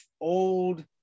old